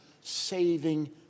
saving